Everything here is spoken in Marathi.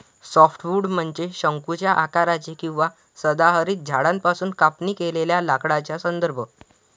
सॉफ्टवुड म्हणजे शंकूच्या आकाराचे किंवा सदाहरित झाडांपासून कापणी केलेल्या लाकडाचा संदर्भ